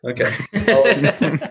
Okay